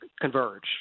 converge